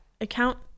account